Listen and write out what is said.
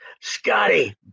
scotty